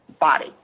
body